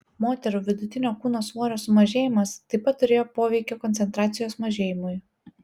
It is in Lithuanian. moterų vidutinio kūno svorio sumažėjimas taip pat turėjo poveikio koncentracijos mažėjimui